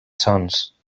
sons